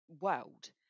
world